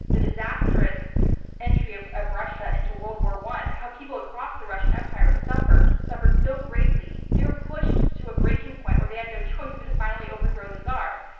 the disastrous entry of of russia into world war i, how people across the russian empire suffered, suffered so greatly. they were pushed to a breaking point where they had no choice but to finally overthrow the tsar.